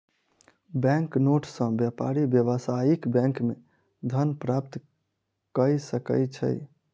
bank note सॅ व्यापारी व्यावसायिक बैंक मे धन प्राप्त कय सकै छै